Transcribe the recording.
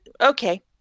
okay